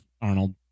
Arnold